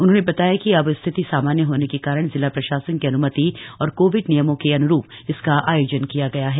उन्होंने बताया कि अब स्थिति सामान्य होने के कारण जिला प्रशासन की अन्मति और कोविड नियमों के अन्रू इसका योजन किया गया है